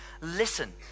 listen